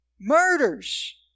murders